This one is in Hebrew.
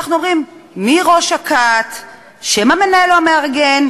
אנחנו אומרים מי ראש הכת, שם המנהל או המארגן,